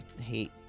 hate